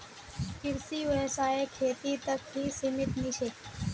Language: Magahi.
कृषि व्यवसाय खेती तक ही सीमित नी छे